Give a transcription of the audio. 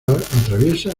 atraviesa